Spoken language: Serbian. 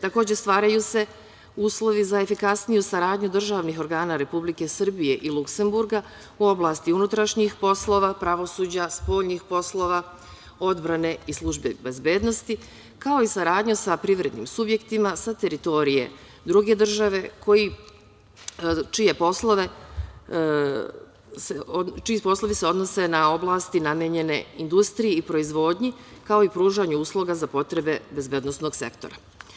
Takođe, stvaraju se uslovi za efikasniju saradnju državnih organa Republike Srbije i Luksenburga u oblasti unutrašnjih poslova, pravosuđa, spoljnih poslova, odbrane i službe bezbednosti, kao i saradnja sa privrednim subjektima sa teritorije druge države čiji poslovi se odnose na oblasti namenjene industriji i proizvodnji, kao i pružanju usluga za potrebe bezbednosnog sektora.